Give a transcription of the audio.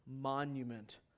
monument